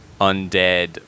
undead